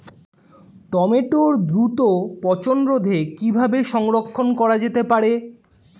টমেটোর দ্রুত পচনরোধে কিভাবে সংরক্ষণ করা যেতে পারে?